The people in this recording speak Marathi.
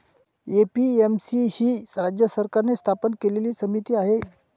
ए.पी.एम.सी ही राज्य सरकारने स्थापन केलेली समिती आहे